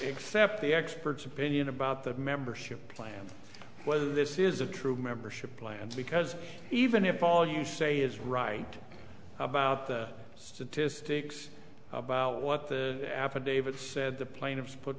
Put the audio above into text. except the expert's opinion about the membership plan whether this is a true membership plans because even if all you say is right about the statistics about what the affidavit said the plaintiffs put